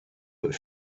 but